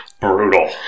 brutal